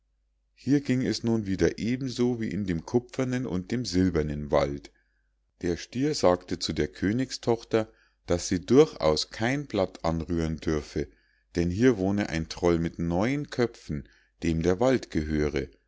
hier ging es nun wieder eben so wie in dem kupfernen und dem silbernen wald der stier sagte zu der königstochter daß sie durchaus kein blatt anrühren dürfe denn hier wohne ein troll mit neun köpfen dem der wald gehöre